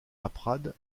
laprade